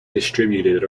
distributed